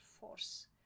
force